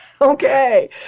Okay